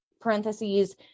parentheses